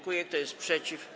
Kto jest przeciw?